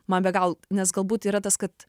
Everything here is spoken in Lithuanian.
man be gal nes galbūt yra tas kad